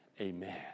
Amen